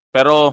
Pero